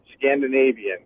Scandinavian